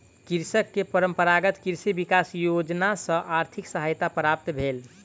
कृषक के परंपरागत कृषि विकास योजना सॅ आर्थिक सहायता प्राप्त भेल